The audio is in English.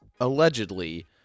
allegedly